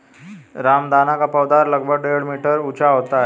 रामदाना का पौधा लगभग डेढ़ मीटर ऊंचा होता है